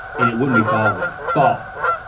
and it wouldn't be called that. false!